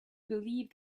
believe